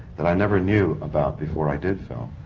that i never knew about before i did film,